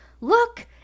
look